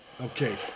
Okay